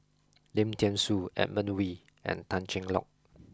Lim Thean Soo Edmund Wee and Tan Cheng Lock